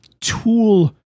tool